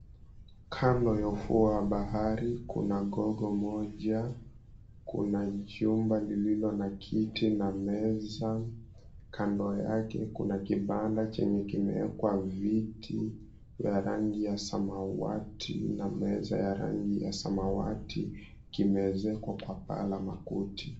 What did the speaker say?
Kando ya ufuo wa bahari kuna gogo moja, kuna jumba lililo na kiti na meza kando yake kuna kibanda chenye kimeekwa viti ya rangi ya samawati na meza ya rangi ya samawati, kimeezekwa kwa paa la makuti.